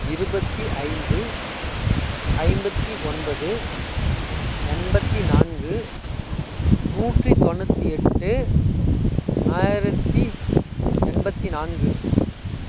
இருபத்தி ஐந்து ஐம்பத்தி ஒன்பது எண்பத்தி நான்கு நூற்றி தொண்ணூற்றி எட்டு ஆயிரத்தி எண்பத்தி நான்கு